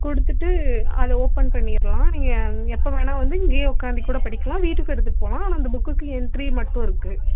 கொடுத்துட்டு அதை ஓப்பன் பண்ணிடலாம் நீங்கள் எப்போ வேணால் வந்து இங்கேயே உட்காந்து கூட படிக்கலாம் வீட்டுக்கும் எடுத்துகிட்டு போகலாம் ஆனால் அந்த புக்குக்கு எண்ட்ரி மட்டும் இருக்குது